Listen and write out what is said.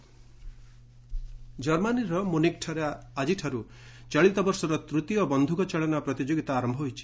shooting ଜର୍ମାନୀର ମୁନିକ୍ଠାରେ ଆଜିଠାରୁ ଚଳିତ ବର୍ଷର ତୃତୀୟ ବନ୍ଧୁକଚାଳନା ପ୍ରତିଯୋଗିତା ଆରମ୍ଭ ହୋଇଛି